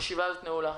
ישיבה זו נעולה.